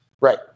Right